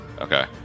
Okay